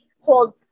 called